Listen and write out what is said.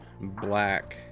black